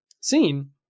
seen